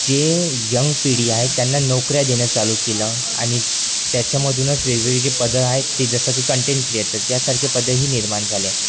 जे यंग पिढी आहेत त्यांना नोकऱ्या देणं चालू केलं आणि त्याच्यामधूनच वेगवेगळे जे पद आहेत ते जसं की कंटेंट क्रिएटर यासारखे पदही निर्माण झाले